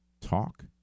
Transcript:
Talk